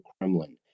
Kremlin